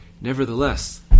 nevertheless